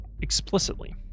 explicitly